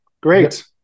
great